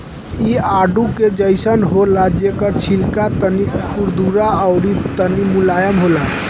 इ आडू के जइसन होला जेकर छिलका तनी खुरदुरा अउरी तनी मुलायम होला